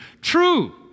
True